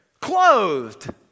clothed